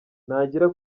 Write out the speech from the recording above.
ntagira